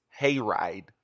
hayride